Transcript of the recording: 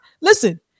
listen